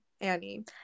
Annie